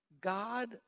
God